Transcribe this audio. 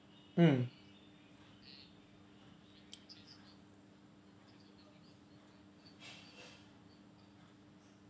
mm